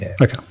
Okay